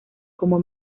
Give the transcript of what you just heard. como